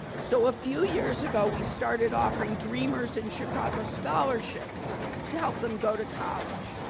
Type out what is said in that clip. so a few years ago we started offering dreamers in chicago scholarships to help them go to college.